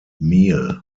meal